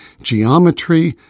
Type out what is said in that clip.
geometry